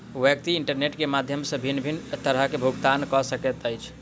व्यक्ति इंटरनेट के माध्यम सॅ भिन्न भिन्न तरहेँ भुगतान कअ सकैत अछि